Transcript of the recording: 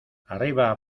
arriba